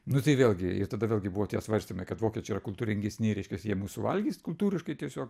nu tai vėlgi ir tada vėlgi buvo tie svarstymai kad vokiečiai yra kultūringesni reiškias jie mus suvalgys kultūriškai tiesiog